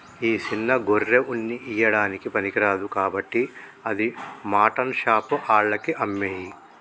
గా సిన్న గొర్రె ఉన్ని ఇయ్యడానికి పనికిరాదు కాబట్టి అది మాటన్ షాప్ ఆళ్లకి అమ్మేయి